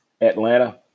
Atlanta